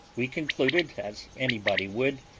we concluded, as anybody would,